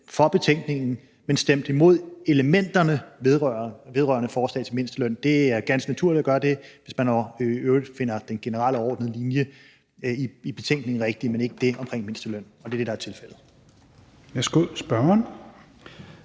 for betænkningen, men stemte imod elementerne vedrørende forslaget til mindsteløn. Det er ganske naturligt at gøre det, hvis man i øvrigt finder den generelle overordnede linje i betænkningen rigtig, men ikke det, der vedrører mindstelønnen, og det er det, der er tilfældet.